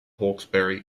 hawkesbury